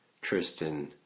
Tristan